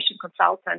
consultant